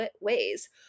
ways